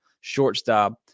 shortstop